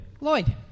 Lloyd